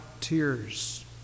tears